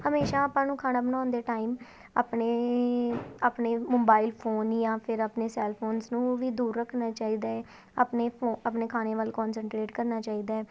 ਹਮੇਸ਼ਾਂ ਆਪਾਂ ਨੂੰ ਖਾਣਾ ਬਣਾਉਣ ਦੇ ਟਾਈਮ ਆਪਣੇ ਆਪਣੇ ਮੋਬਾਇਲ ਫੋਨ ਜਾਂ ਫਿਰ ਆਪਣੇ ਸੈਲਫੋਨਸ ਨੂੰ ਵੀ ਦੂਰ ਰੱਖਣਾ ਚਾਹੀਦਾ ਹੈ ਆਪਣੇ ਆਪਣੇ ਖਾਣੇ ਵੱਲ ਕੌਨਸਨਟਰੇਟ ਕਰਨਾ ਚਾਹੀਦਾ ਹੈ